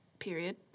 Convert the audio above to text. Period